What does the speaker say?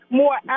more